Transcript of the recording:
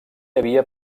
havia